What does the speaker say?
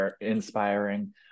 inspiring